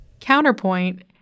Counterpoint